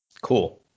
Cool